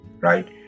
right